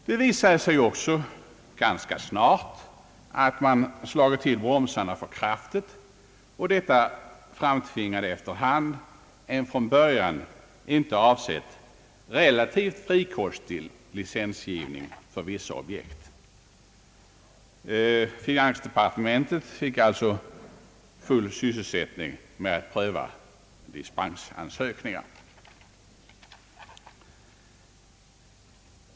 Det visade sig också ganska snart, att man slagit till bromsarna alltför kraftigt, och detta framtvingade efter hand en från början icke avsedd relativt friskostig licensgivning för vissa objekt. Finansdepartementet fick full sysselsättning med att pröva licensansökningar.